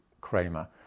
Kramer